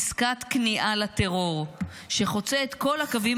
עסקת כניעה לטרור שחוצה את כל הקווים